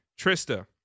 Trista